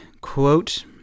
quote